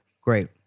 Great